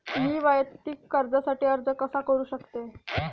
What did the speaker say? मी वैयक्तिक कर्जासाठी अर्ज कसा करु शकते?